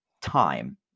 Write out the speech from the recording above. time